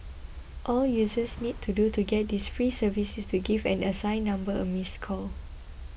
all users need to do to get this free service is to give an assigned number a missed call